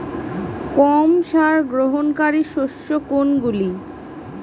কম সার গ্রহণকারী শস্য কোনগুলি?